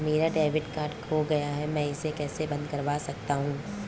मेरा debit card खो गया है मैं इसे कैसे बंद करवा सकता हूँ?